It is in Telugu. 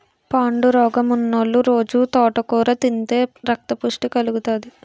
పాండురోగమున్నోలు రొజూ తోటకూర తింతే రక్తపుష్టి కలుగుతాది